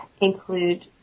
include